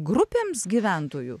grupėms gyventojų